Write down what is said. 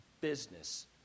business